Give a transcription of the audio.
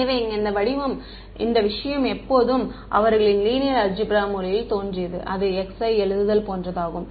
எனவே இங்கே இந்த விஷயம் எப்போதும் அவர்களின் லீனியர் அல்ஜிப்ரா மொழியில் தோன்றியது அது x i எழுதுதல் போன்றதாகும்